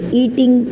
eating